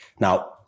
Now